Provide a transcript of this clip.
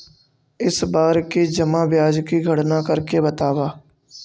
इस बार की जमा ब्याज की गणना करके बतावा